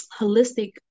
holistic